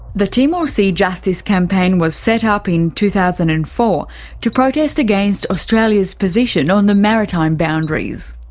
the timor sea justice campaign was set up in two thousand and four to protest against australia's position on the maritime boundaries.